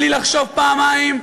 בלי לחשוב פעמיים,